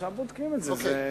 ועכשיו בודקים את זה.